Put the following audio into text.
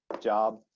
job